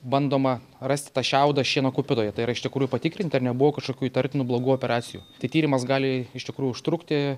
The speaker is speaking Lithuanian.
bandoma rasti tą šiaudą šieno kupetoje tai yra iš tikrųjų patikrinti ar nebuvo kažkokių įtartinų blogų operacijų tai tyrimas gali iš tikrųjų užtrukti